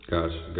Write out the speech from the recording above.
Gotcha